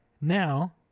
Now